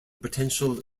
potential